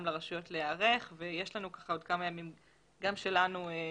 לרשויות להיערך ויש לנו עוד כמה ימים גם שלנו.